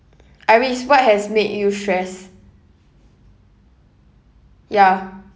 iris what has made you stressed ya